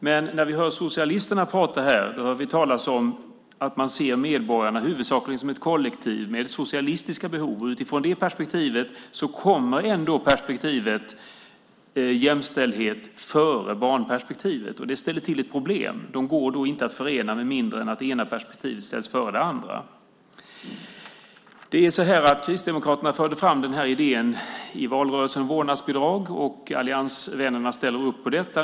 Men socialisterna som pratar här ser medborgarna huvudsakligen som ett kollektiv med socialistiska behov. Utifrån det perspektivet kommer ändå perspektivet jämställdhet före barnperspektivet. Det ställer till ett problem. De går då inte att förena med mindre än att det ena perspektivet ställs före det andra. Kristdemokraterna förde fram idén om vårdnadsbidrag i valrörelsen, och alliansvännerna ställer upp på detta.